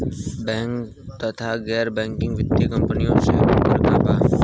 Bank तथा गैर banking वित्तीय कम्पनीयो मे अन्तर का बा?